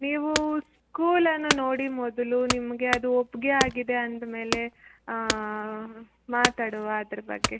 ನೀವು ಸ್ಕೂಲನ್ನು ನೋಡಿ ಮೊದಲು ನಿಮಗೆ ಅದು ಒಪ್ಪಿಗೆ ಆಗಿದೆ ಅಂದಮೇಲೆ ಮಾತಾಡುವ ಅದ್ರ ಬಗ್ಗೆ